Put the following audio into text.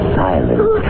silence